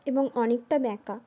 এবং অনেকটা ব্যাঁকা